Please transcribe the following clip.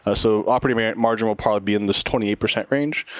ah so operating margin will probably be in this twenty eight percent range,